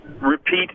repeat